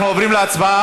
אנחנו עוברים להצבעה.